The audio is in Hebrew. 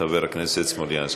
חבר הכנסת סלומינסקי.